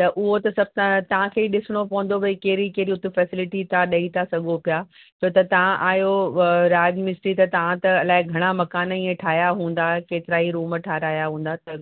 त उहो त सभु त तव्हांखे ई ॾिसणो पवंदो भई कहिड़ी कहिड़ी हुते फैसिलिटी तव्हां ॾेई था सघो पिया त तव्हां आयो राज मिस्त्री त तव्हां त अलाए घणा मकान इहे ठाहिया हूंदा केतिरा ई रूम ठहाराया हूंदा